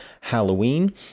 Halloween